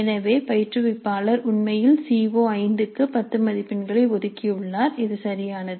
எனவே பயிற்றுவிப்பாளர் உண்மையில் சி ஓ5 க்கு 10 மதிப்பெண்களை ஒதுக்கியுள்ளார் இது சரியானது